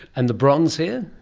and the bronze here?